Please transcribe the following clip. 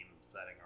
setting